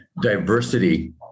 diversity